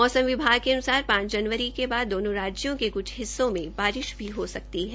मौसम विभाग के अन्सार पांच जनवरी के बाद दोनो राजयों के क्छ हिस्सों में बारिश भी हो सकती है